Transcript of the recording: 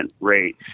rate